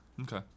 Okay